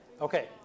Okay